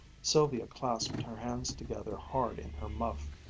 sylvia clasped her hands together hard in her muff.